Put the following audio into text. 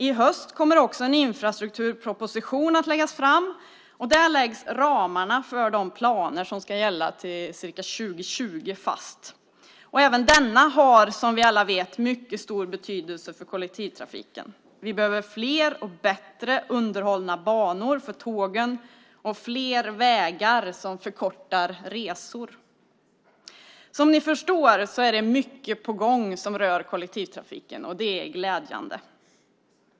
I höst kommer också en infrastrukturproposition att läggas fram. Där läggs ramarna fast för de planer som ska gälla till ca 2020. Även denna har som vi alla vet mycket stor betydelse för kollektivtrafiken. Vi behöver fler och bättre underhållna banor för tågen och fler vägar som förkortar resor. Som ni förstår är det mycket på gång som rör kollektivtrafiken. Det är glädjande.